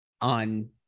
on